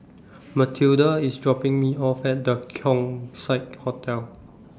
Mathilda IS dropping Me off At The Keong Saik Hotel